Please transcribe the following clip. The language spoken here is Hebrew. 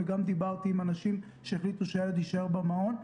וגם דיברתי עם אנשים שהחליטו שהילד יישאר במעון,